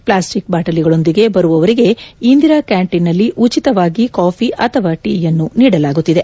plastic ಬಾಟಲಿಗಳೊಂದಿಗೆ ಬರುವವರಿಗೆ ಇಂದಿರಾ ಕ್ಯಾಂಟೀನ್ಗಳಲ್ಲಿ ಉಚಿತವಾಗಿ ಕಾಫಿ ಅಥವಾ ಟೀಯನ್ನು ನೀಡಲಾಗುತ್ತಿದೆ